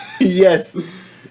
Yes